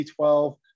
B12